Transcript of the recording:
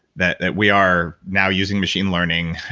that that we are now using machine learning.